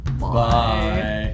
bye